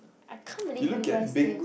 I can't believe you guys stay